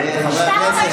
אה, לצאת, הולכים מכות?